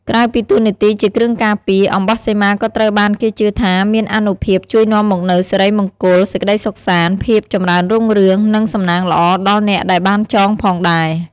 ក្រៅពីតួនាទីជាគ្រឿងការពារ អំបោះសីមាក៏ត្រូវបានគេជឿថាមានអានុភាពជួយនាំមកនូវសិរីមង្គល សេចក្ដីសុខសាន្ត ភាពចម្រើនរុងរឿង និងសំណាងល្អដល់អ្នកដែលបានចងផងដែរ។